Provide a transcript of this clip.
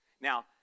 now